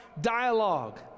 dialogue